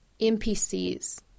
NPCs